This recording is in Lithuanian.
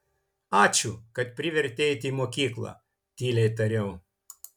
ačiū kad privertei eiti į mokyklą tyliai tariau